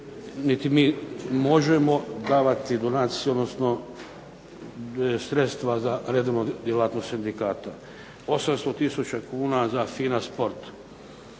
niti mi možemo davati donacije, odnosno sredstva za redovnu djelatnost sindikata. 800 tisuća kuna za FINA sport.